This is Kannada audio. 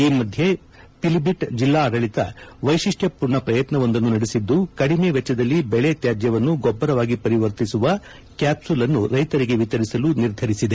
ಈ ಮಧ್ಯೆ ಪಿಲಿಭಿಟ್ ಜಿಲ್ಲಾ ಆದಳಿತ ವೈಶಿಷ್ನ್ನ ಪೂರ್ಣ ಪ್ರಯತ್ನವೊಂದನ್ನು ನಡೆಸಿದ್ದು ಕಡಿಮೆ ವೆಚ್ಚದಲ್ಲಿ ಬೆಳೆ ತ್ಯಾಜ್ಯವನ್ನು ಗೊಬ್ಬ ರವಾಗಿ ಪರಿವರ್ತಿಸುವ ಕ್ಯಾಪ್ಸೂಲನ್ನು ರೈತರಿಗೆ ವಿತರಿಸಲು ನಿರ್ಧರಿಸಿದೆ